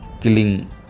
killing